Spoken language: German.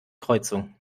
kreuzung